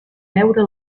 veure